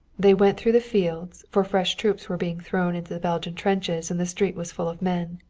they went through the fields, for fresh troops were being thrown into the belgian trenches and the street was full of men.